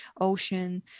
ocean